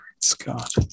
Scott